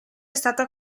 stata